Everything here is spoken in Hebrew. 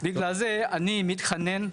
בגלל זה, אני מתכנן,